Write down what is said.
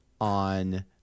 on